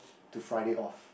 to Friday off